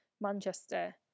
Manchester